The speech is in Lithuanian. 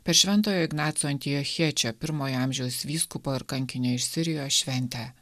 per šventojo ignaco antiochiečio pirmojo amžiaus vyskupo ir kankinio iš sirijos šventę